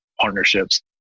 partnerships